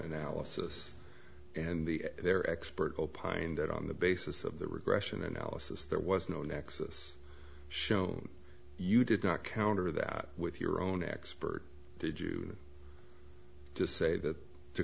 analysis and the their expert opined that on the basis of the regression analysis there was no nexus show you did not counter that with your own expert did you just say that to